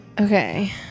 Okay